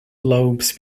lobes